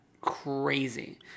crazy